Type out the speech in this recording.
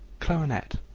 clarionet,